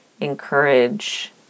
encourage